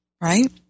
right